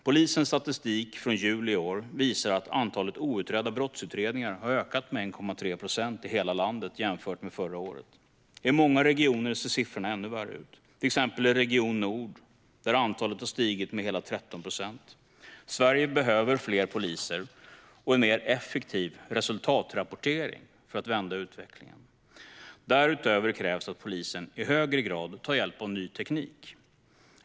Polisens statistik från juli i år visar att antalet outredda brottsutredningar har ökat med 1,3 procent i hela landet jämfört med förra året. I många regioner ser siffrorna ännu värre ut, till exempel i Region nord, där antalet har stigit med hela 13 procent. Sverige behöver fler poliser och en mer effektiv resultatrapportering för att vända utvecklingen. Därutöver krävs att polisen i högre grad tar hjälp av ny teknik.